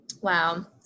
Wow